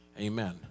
Amen